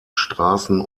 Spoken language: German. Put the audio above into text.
straßen